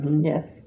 Yes